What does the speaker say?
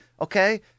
Okay